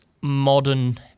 modern